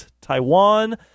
taiwan